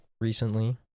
recently